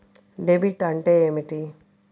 Debit అంటే ఏమిటి?